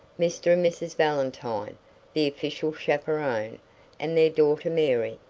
mr. and mrs. valentine the official chaperon and their daughter mary,